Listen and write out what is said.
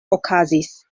okazis